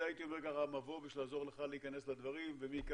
זה הייתי אומר ככה מבוא בשביל לעזור לך להיכנס לדברים ומכאן